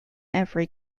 every